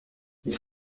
ils